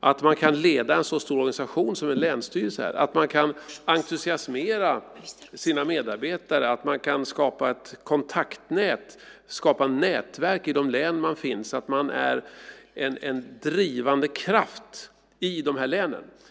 att man kan leda en så stor organisation som en länsstyrelse är, att man kan entusiasmera sina medarbetare och att man kan skapa ett kontaktnät och skapa nätverk i det län där man finns. Man ska vara en drivande kraft i detta län.